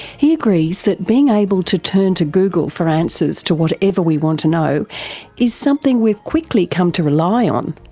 he agrees that being able to turn to google for answers to whatever we want to know is something we've quickly come to rely on,